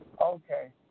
Okay